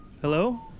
Hello